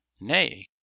Nay